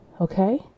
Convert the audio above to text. okay